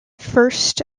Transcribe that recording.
first